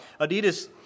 Adidas